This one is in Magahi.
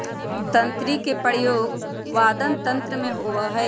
तंत्री के प्रयोग वादन यंत्र में होबा हई